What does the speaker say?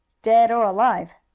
dead or alive.